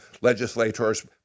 legislators